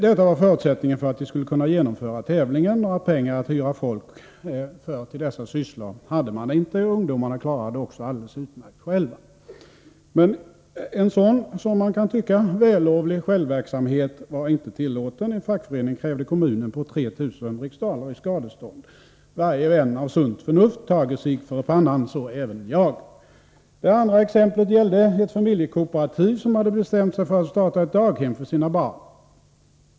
Detta var en förutsättning för att de skulle kunna genomföra tävlingen — några pengar till att hyra folk för dessa sysslor hade de inte, och ungdomarna klarade uppgiften alldeles utmärkt själva. Men en sådan, som man kan tycka, vällovlig självverksamhet var inte tillåten. En fackförening krävde kommunen på 3 000 riksdaler i skadestånd. Varje vän av sunt förnuft tage sig för pannan — så även jag! Det andra exemplet gällde ett familjekooperativ som hade bestämt sig för att starta ett daghem för sina barn.